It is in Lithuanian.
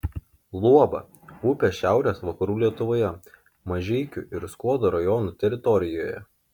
luoba upė šiaurės vakarų lietuvoje mažeikių ir skuodo rajonų teritorijoje